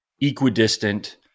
equidistant